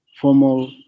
formal